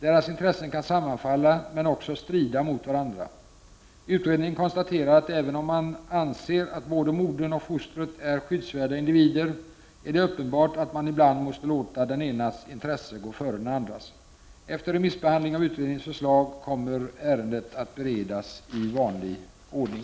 Deras intressen kan sammanfalla men också strida mot varandra. Utredningen konstaterar att även om man anser att både modern och fostret är skyddsvärda individer är det uppenbart att man ibland måste låta den enas intresse gå före den andras. Efter remissbehandling av utredningens förslag kommer ärendet att beredas i sedvanlig ordning.